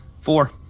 Four